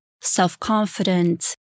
self-confident